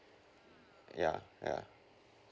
yeah yeah